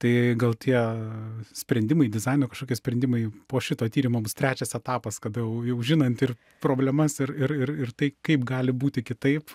tai gal tie sprendimai dizaino kažkokie sprendimai po šito tyrimo bus trečias etapas kada jau jau žinant ir problemas ir ir ir ir tai kaip gali būti kitaip